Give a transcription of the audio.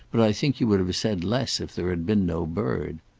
but i think you would have said less if there had been no bird.